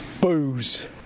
Booze